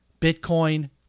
Bitcoin